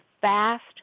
fast